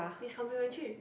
is complimentary